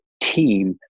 team